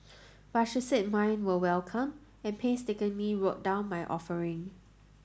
but she said mine were welcome and painstakingly wrote down my offering